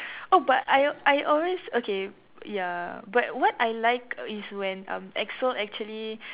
oh but I I always okay ya but what I like is when um Exo actually